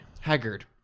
Haggard